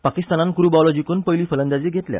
पाकिस्तानान कुरूबावलो जिखून पयली फलंदाजी घेतल्या